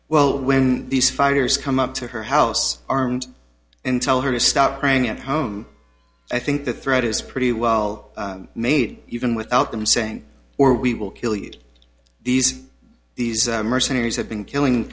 well when these fighters come up to her house armed and tell her to stop praying at home i think the threat is pretty well made even without them saying or we will kill you these these mercenaries have been killing